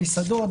מסעדות,